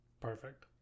Perfect